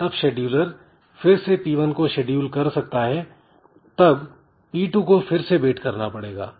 तब शेड्यूलर फिर से P1 को शेड्यूल कर सकता है तब P2 को फिर से वेट करना पड़ेगा